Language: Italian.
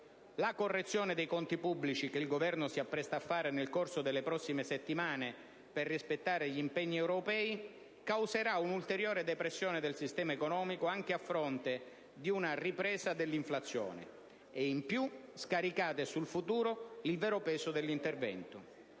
La correzione dei conti pubblici che il Governo si appresta a fare nel corso delle prossime settimane per rispettare gli impegni europei, causerà un'ulteriore depressione del sistema economico, anche a fronte di una ripresa dell'inflazione; in più, scaricate sul futuro il vero peso dell'intervento.